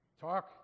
talk